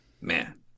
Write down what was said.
Man